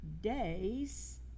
days